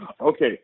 okay